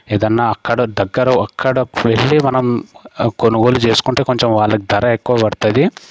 ఏదన్నా అక్కడ దగ్గర అక్కడ వెళ్లి మనం కొనుగోలు చేసుకుంటే కొంచెం వాళ్ళకు ధర ఎక్కువ పడుతుంది